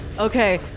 Okay